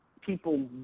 People